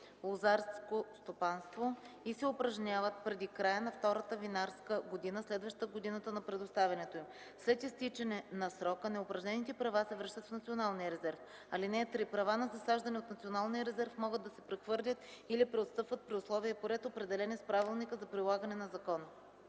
лозарско стопанство и се упражняват преди края на втората винарска година, следваща годината на предоставянето им. След изтичане на срока неупражнените права се връщат в Националния резерв. (3) Права на засаждане от Националния резерв могат да се прехвърлят или преотстъпват при условия и по ред, определени с правилника за прилагане на закона.”